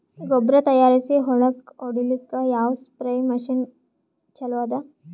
ಗೊಬ್ಬರ ತಯಾರಿಸಿ ಹೊಳ್ಳಕ ಹೊಡೇಲ್ಲಿಕ ಯಾವ ಸ್ಪ್ರಯ್ ಮಷಿನ್ ಚಲೋ ಅದ?